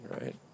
right